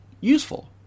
useful